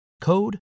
code